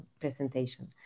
presentation